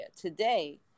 Today